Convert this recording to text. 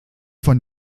von